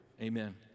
Amen